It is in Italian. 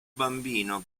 bambino